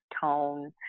tone